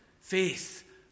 Faith